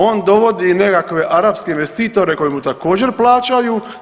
On dovodi nekakve arapske investitore koji mu također plaćaju.